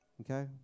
okay